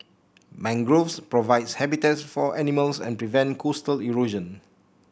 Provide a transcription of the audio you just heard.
mangroves provide habitats for animals and prevent coastal erosion